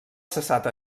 cessat